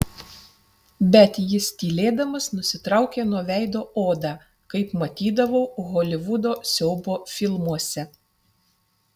bet jis tylėdamas nusitraukė nuo veido odą kaip matydavau holivudo siaubo filmuose